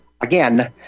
again